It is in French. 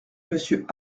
monsieur